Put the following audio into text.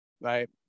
right